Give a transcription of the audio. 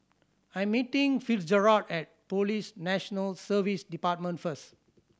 I'm meeting Fitzgerald at Police National Service Department first